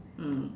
mm